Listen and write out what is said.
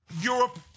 Europe